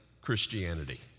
Christianity